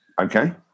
okay